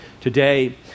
today